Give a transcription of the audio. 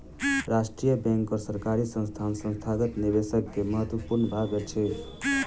राष्ट्रीय बैंक और सरकारी संस्थान संस्थागत निवेशक के महत्वपूर्ण भाग अछि